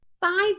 five